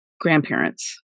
grandparents